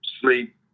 sleep